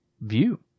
view